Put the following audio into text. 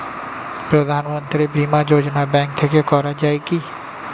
প্রধানমন্ত্রী বিমা যোজনা ব্যাংক থেকে করা যায় কি?